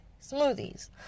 smoothies